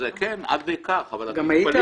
כן, עד כדי כך --- גם היית